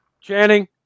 Channing